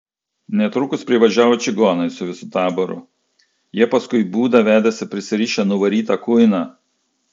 netrukus privažiavo čigonai su visu taboru jie paskui būdą vedėsi prisirišę nuvarytą kuiną